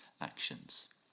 actions